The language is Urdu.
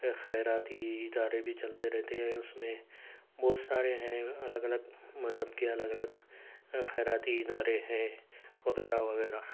خیراتی ادارے بھی چلتے رہتے ہیں اُس میں بہت سارے ہیں الگ الگ مذہب کے الگ الگ خیراتی ادارے ہیں وغیرہ وغیرہ